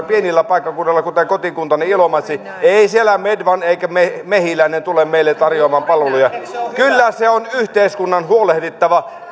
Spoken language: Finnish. pienillä paikkakunnilla kuten kotikuntani ilomantsi ei siellä medone eikä mehiläinen tule meille tarjoamaan palveluja kyllä se on yhteiskunnan huolehdittava